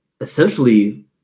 essentially